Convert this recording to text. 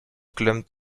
klemmt